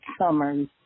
summers